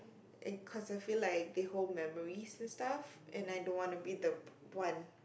and cause I feel like the whole memories and stuff and I don't want to be the one